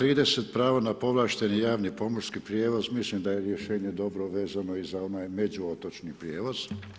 Članak 30. pravo na povlašteni javni pomorski prijevoz, mislim da je rješenje dobro, vezano i za onaj međuotočni prijevoz.